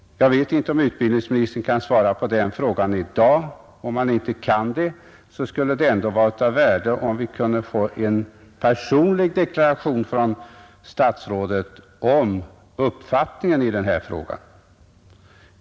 Jag vet inte om utbildningsministern kan svara på den frågan i dag. Om inte, skulle det ändå vara av värde om vi kunde få en personlig deklaration av statsrådet om hans uppfattning i denna fråga.